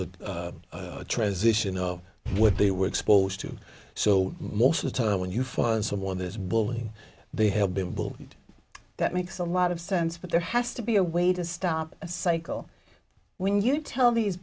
a transition of what they were exposed to so most of the time when you find someone is bullying they have been bullied that makes a lot of sense but there has to be a way to stop a cycle when you tell these